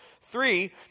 three